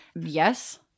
Yes